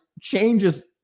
changes